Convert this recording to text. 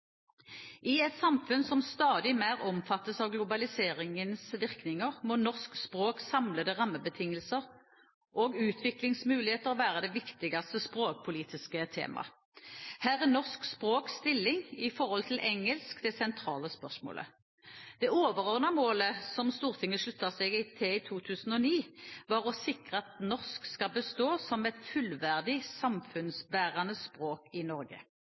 I et samfunn som stadig mer omfattes av globaliseringens virkninger, må norsk språks samlede rammebetingelser og utviklingsmuligheter være det viktigste språkpolitiske tema. Her er norsk språks stilling i forhold til engelsk det sentrale spørsmålet. Det overordnede målet som Stortinget sluttet seg til i 2009, var å sikre at norsk skal bestå som et fullverdig, samfunnsbærende språk i Norge.